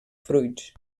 fruits